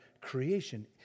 creation